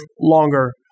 longer